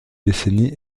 décennies